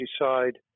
decide